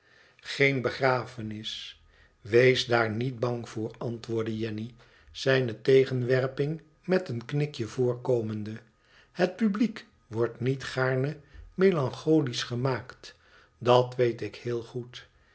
igeen begrafenis wees daar niet bang voor antwoordde jenny zijne tegenwerping met een knikje voorkomende i het publiek wordt niet gaarne melancholisch gemaakt dat weet ik heel goed